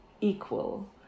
equal